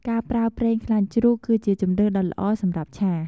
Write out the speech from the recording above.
ការប្រើប្រេងខ្លាញ់ជ្រូក គឺជាជម្រើសដ៏ល្អសម្រាប់ឆា។